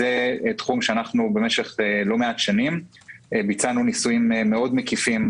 זה תחום שבמשך לא מעט שנים ביצענו בו ניסויים מקיפים מאוד.